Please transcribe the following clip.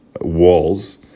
walls